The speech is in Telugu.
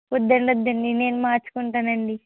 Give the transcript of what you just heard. వద్దండి వద్దండి నేను మార్చుకుంటానండి